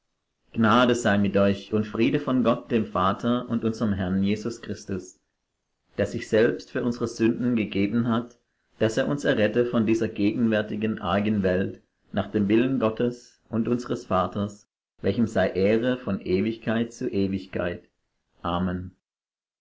gnade sei mit euch und friede von gott dem vater und unserm herrn jesus christus der sich selbst für unsere sünden gegeben hat daß er uns errettete von dieser gegenwärtigen argen welt nach dem willen gottes und unseres vaters welchem sei ehre von ewigkeit zu ewigkeit amen